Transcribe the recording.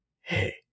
hey